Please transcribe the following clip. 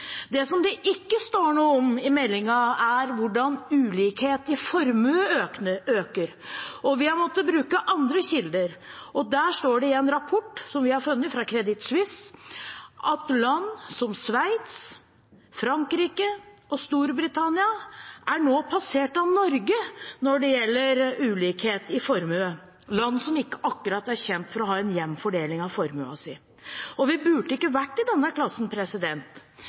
annet. Det det ikke står noe om i meldingen, er hvordan ulikhet i formue øker, og vi har måttet bruke andre kilder. I en rapport vi har funnet fra Credit Suisse, står det at land som Sveits, Frankrike og Storbritannia nå er passert av Norge når det gjelder ulikhet i formue – land som ikke akkurat er kjent for å ha en jevn fordeling av formuen sin. Vi burde ikke vært i denne klassen.